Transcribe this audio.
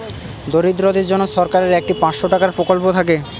দরিদ্রদের জন্য সরকারের একটি পাঁচশো টাকার প্রকল্প থাকে